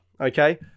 okay